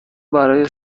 برای